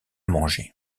manger